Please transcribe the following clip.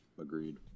agreed